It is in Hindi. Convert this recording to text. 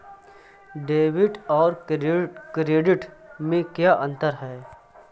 डेबिट और क्रेडिट में क्या अंतर है?